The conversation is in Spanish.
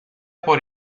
por